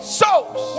souls